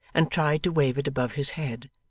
and tried to wave it above his head.